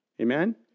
amen